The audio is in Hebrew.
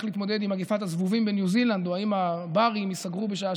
על איך להתמודד עם מגפת הזבובים בניו זילנד או אם הברים ייסגרו בשעה